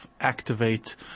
activate